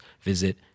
visit